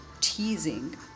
teasing